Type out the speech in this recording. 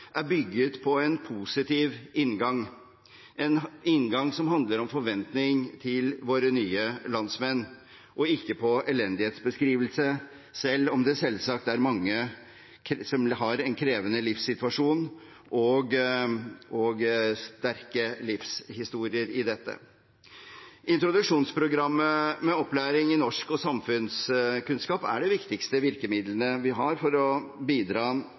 er bygget på en positiv inngang – en inngang som handler om forventning til våre nye landsmenn – og ikke på elendighetsbeskrivelse, selv om det selvsagt er mange som har en krevende livssituasjon og sterke livshistorier i dette. Introduksjonsprogrammet med opplæring i norsk og samfunnskunnskap er det viktigste virkemiddelet vi har for å bidra